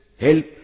help